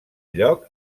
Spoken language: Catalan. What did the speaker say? lloc